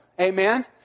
amen